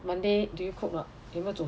Monday do you cook or not 有没有煮